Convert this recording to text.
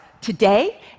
today